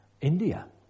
India